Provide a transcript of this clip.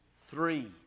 three